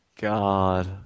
god